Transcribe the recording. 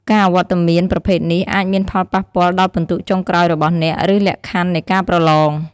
ការអវត្តមានប្រភេទនេះអាចមានផលប៉ះពាល់ដល់ពិន្ទុចុងក្រោយរបស់អ្នក ឬលក្ខខណ្ឌនៃការប្រឡង។